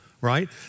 right